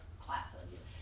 classes